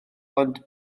ond